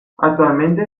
actualmente